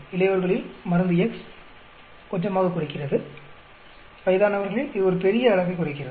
இளையவர்களில் மருந்து X கொஞ்சமாக குறைக்கிறது வயதானவர்களில் இது ஒரு பெரிய அளவைக் குறைக்கிறது